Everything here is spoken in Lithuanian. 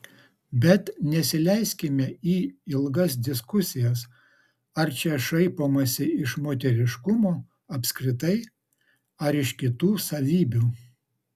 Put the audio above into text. bet nesileiskime į ilgas diskusijas ar čia šaipomasi iš moteriškumo apskritai ar iš kitų savybių